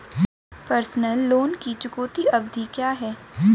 Personal loan की चुकौती अवधि क्या है?